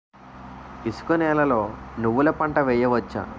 ఇసుక నేలలో నువ్వుల పంట వేయవచ్చా?